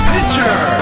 Pitcher